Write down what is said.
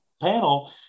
panel